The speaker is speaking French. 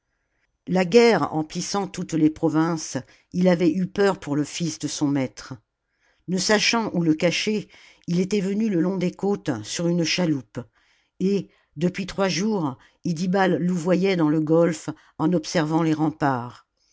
la guerre emplissant toutes les provinces il avait eu peur pour le fils de son maître ne sachant oij le cacher il était venu le long des côtes sur une chaloupe et depuis trois jours iddibal louvoyait dans le golfe en observant les remparts